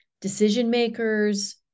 decision-makers